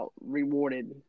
rewarded